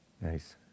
Nice